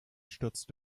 stürzte